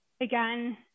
Again